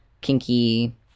kinky